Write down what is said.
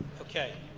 okay.